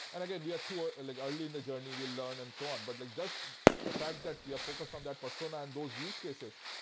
and again, we are too like early in the journey. we'll learn and so on, but like just the fact that we are focused on that persona and those use cases,